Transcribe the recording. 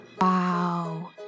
Wow